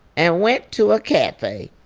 and went to a cafe,